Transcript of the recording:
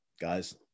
guys